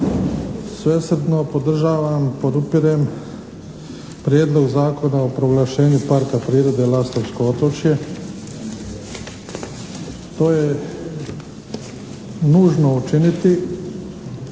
Svesrdno podržavam, podupirem Prijedlog zakona o proglašenju Parka prirode "Lastovsko otočje". To je nužno učiniti